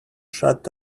shut